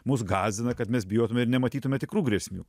mus gąsdina kad mes bijotume ir nematytume tikrų grėsmių